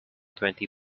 twenty